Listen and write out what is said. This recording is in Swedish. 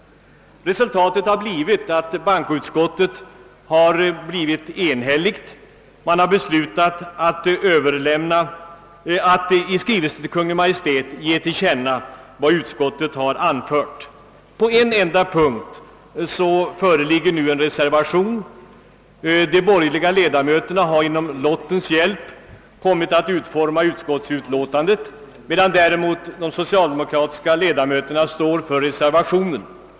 Resultatet har blivit att bankoutskottet blivit enhälligt. Man har beslutat att i skrivelse till Kungl. Maj:t ge till känna vad utskottet har anfört. På en enda punkt föreligger en reservation. De borgerliga ledamöterna har med lottens hjälp kommit att utforma utskottets hemställan, medan däremot de socialdemokratiska ledamöterna står för reservationen.